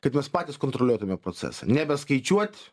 kad mes patys kontroliuotume procesą nebeskaičiuot